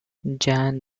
jan